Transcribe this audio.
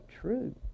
true